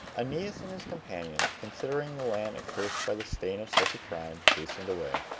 aeneas and his companions, considering the land accursed by the stain of such a crime, hastened away.